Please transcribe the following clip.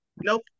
nope